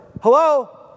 hello